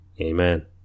Amen